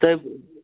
تہٕ